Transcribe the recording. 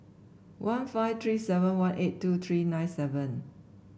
one five three seven one eight two three nine seven